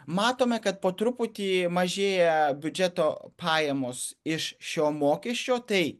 matome kad po truputį mažėja biudžeto pajamos iš šio mokesčio tai